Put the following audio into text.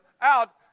out